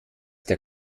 der